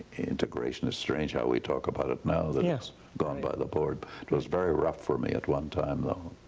integration. it's strange how we talk about it now that it's gone by the board. it was very rough for me at one time though.